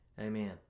Amen